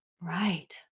Right